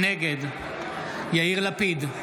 נגד יאיר לפיד,